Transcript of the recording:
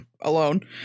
alone